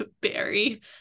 barry